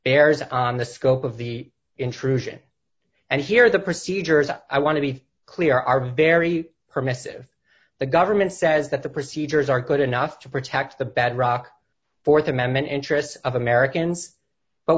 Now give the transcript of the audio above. bears on the scope of the intrusion and here the procedures i want to be clear are bury her missive the government says that the procedures are good enough to protect the bedrock th amendment interests of americans but